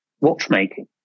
watchmaking